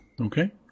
Okay